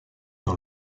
dans